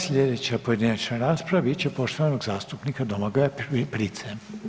Slijedeća pojedinačna rasprava bit će poštovanog zastupnika Domagoja Price.